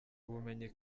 ubumenyi